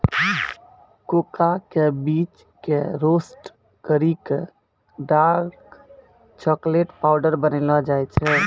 cocoa के बीज कॅ रोस्ट करी क डार्क चाकलेट पाउडर बनैलो जाय छै